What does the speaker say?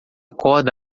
corda